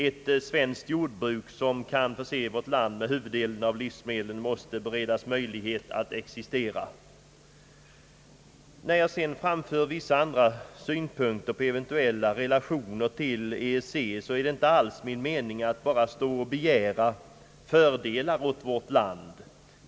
Ett svenskt jordbruk som kan förse vårt land med huvuddelen av livsmedlen måste beredas möjligheter att existera. När jag sedan framför vissa andra synpunkter på eventuella relationer till EEC så är det alls inte min mening att bara stå och begära fördelar åt vårt land.